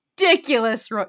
ridiculous